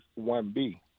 1B